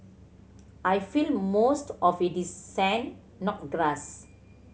I feel most of it is sand not grass